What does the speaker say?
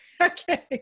Okay